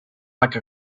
like